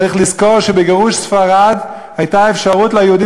צריך לזכור שבגירוש ספרד הייתה אפשרות ליהודים